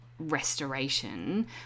restoration